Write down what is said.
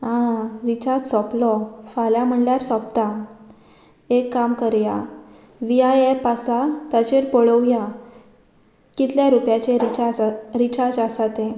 आं रिचार्ज सोंपलो फाल्यां म्हणल्यार सोंपता एक काम करया वी आय एप आसा ताचेर पळोवया कितल्या रुपयाचे रिचाज रिचार्ज आसा तें